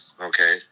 okay